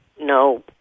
No